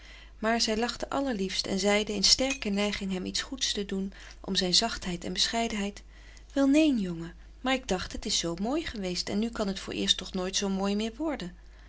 maar zij lachte allerliefst en zeide in sterke neiging hem iets goeds te doen om zijn zachtheid en bescheidenheid wel neen jongen maar ik dacht het is zoo mooi geweest en nu kan het vooreerst toch nooit zoo mooi meer worden